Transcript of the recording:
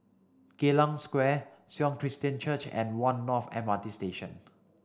Geylang Square Sion Christian Church and One North M R T Station